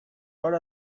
ora